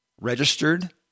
registered